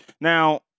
Now